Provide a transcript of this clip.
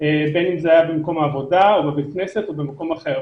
בין אם זה היה במקום עבודה או בבית כנסת או במקום אחר.